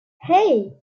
hey